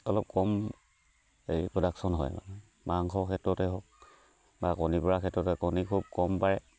অলপ কম হেৰি প্ৰডাকশ্যন হয় মানে মাংস ক্ষেত্ৰতে হওক বা কণী পৰা ক্ষেত্ৰতে কণী খুব কম পাৰে